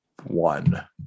one